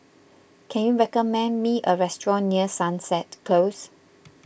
can you recommend me a restaurant near Sunset Close